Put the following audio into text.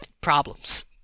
problems